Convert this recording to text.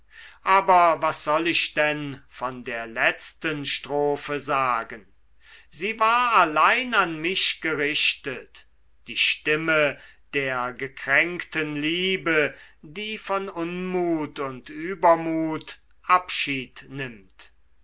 aber was soll ich denn von der letzten strophe sagen sie war allein an mich gerichtet die stimme der gekränkten liebe die von unmut und übermut abschied nimmt